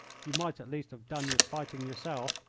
you might at least have done your fighting yourself,